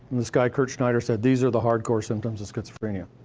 this guy kurt schneider said, these are the hardcore symptoms of schizophrenia.